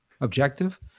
objective